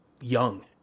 young